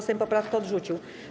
Sejm poprawkę odrzucił.